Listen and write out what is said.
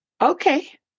Okay